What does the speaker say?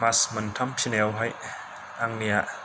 मास मोनथाम फिनायावहाय आंनिया